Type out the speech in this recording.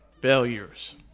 failures